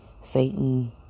Satan